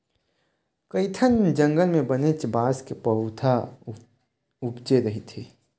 कइठन जंगल म बनेच बांस के पउथा उपजे रहिथे